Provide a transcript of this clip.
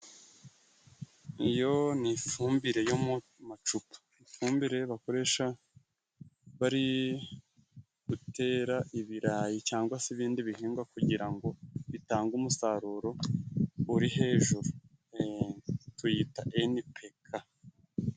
Iyo ni ifumbire yo mu macupa, ifumbire bakoresha bari gutera ibirayi cyangwa se ibindi bihingwa, kugira ngo bitange umusaruro uri hejuru. Tuyita Enipeka.